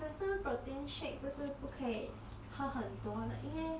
可是 protein shake 不是不可以喝很多的因为